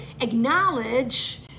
acknowledge